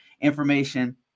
information